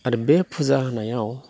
आरो बे फुजा होनायाव